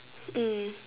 mm